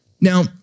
Now